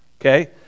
okay